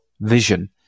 vision